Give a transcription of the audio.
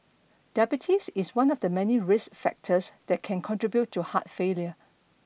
diabetes is one of the many risk factors that can contribute to heart failure